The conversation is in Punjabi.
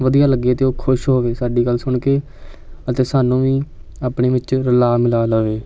ਵਧੀਆ ਲੱਗੇ ਅਤੇ ਉਹ ਖੁਸ਼ ਹੋਵੇ ਸਾਡੀ ਗੱਲ ਸੁਣ ਕੇ ਅਤੇ ਸਾਨੂੰ ਵੀ ਆਪਣੇ ਵਿੱਚ ਰਲਾ ਮਿਲਾ ਲਵੇ